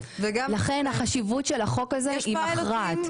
לכן החשיבות של החוק הזה היא מכרעת.